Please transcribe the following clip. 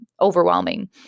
overwhelming